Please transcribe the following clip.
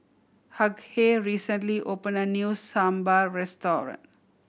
Hughey recently opened a new Sambar restaurant